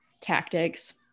tactics